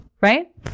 right